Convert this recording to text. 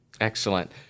Excellent